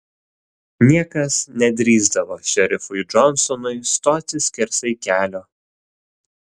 niekas nedrįsdavo šerifui džonsonui stoti skersai kelio